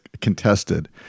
contested